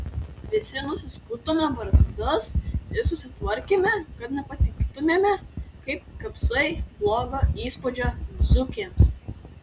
visi nusiskutome barzdas ir susitvarkėme kad nepatiktumėme kaip kapsai blogo įspūdžio dzūkėms